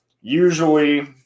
usually